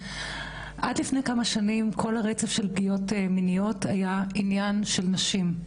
עד לפני כמה שנים כל הרצף של פגיעות מיניות היה עניין של נשים.